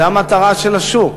זאת המטרה של השוק.